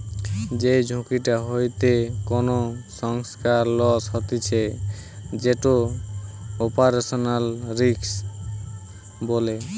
যেই ঝুঁকিটা হইতে কোনো সংস্থার লস হতিছে যেটো অপারেশনাল রিস্ক বলে